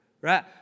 right